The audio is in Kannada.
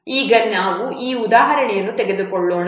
ಈಗ ನಾವು ಈ ಉದಾಹರಣೆಯನ್ನು ತೆಗೆದುಕೊಳ್ಳೋಣ